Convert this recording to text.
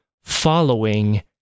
following